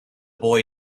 boy